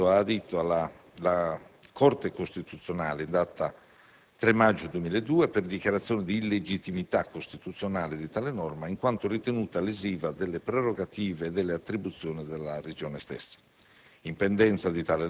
La Regione Abruzzo ha adito la Corte costituzionale, in data 3 maggio 2002, per richiedere una dichiarazione di illegittimità costituzionale di tale norma, in quanto ritenuta lesiva delle prerogative e delle attribuzioni della Regione stessa.